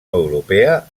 europea